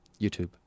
YouTube